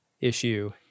issue